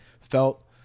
felt